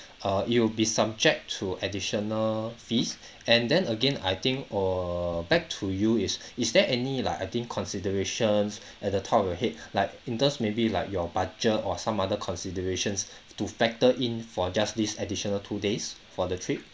err it will be subject to additional fees and then again I think or uh back to you is is there any like I think considerations at the top of your head like in terms maybe like your budget or some other considerations to factor in for just this additional two days for the trip